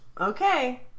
Okay